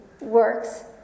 works